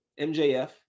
MJF